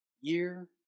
Year